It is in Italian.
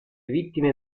vittime